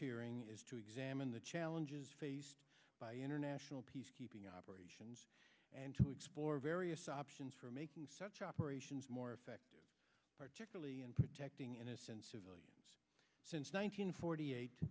hearing is to examine the challenges faced by international peacekeeping operations and to explore various options for making such operations more effective particularly in protecting innocent civilians since nine hundred forty eight